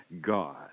God